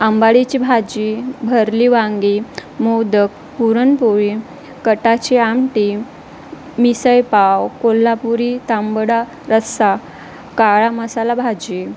आंबाडीची भाजी भरली वांगी मोदक पुरणपोळी कटाची आमटी मिसळ पाव कोल्हापुरी तांबडा रस्सा काळा मसाला भाजी